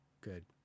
Good